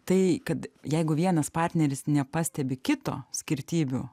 tai kad jeigu vienas partneris nepastebi kito skirtybių